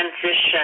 transition